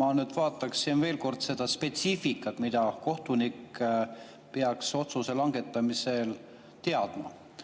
Ma vaataksin veel kord seda spetsiifikat, mida kohtunik peaks otsuse langetamisel teadma.